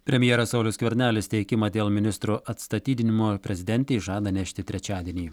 premjeras saulius skvernelis teikimą dėl ministrų atstatydinimo prezidentei žada nešti trečiadienį